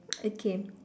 okay